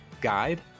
guide